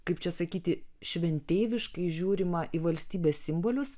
kaip čia sakyti šventeiviškai žiūrima į valstybės simbolius